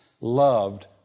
loved